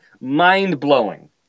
mind-blowing